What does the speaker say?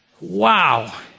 Wow